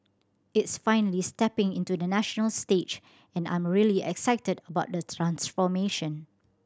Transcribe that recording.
it's finally stepping into the national stage and I'm really excited about the transformation